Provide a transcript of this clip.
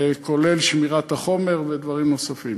כולל שמירת החומר ודברים נוספים.